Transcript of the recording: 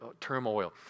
turmoil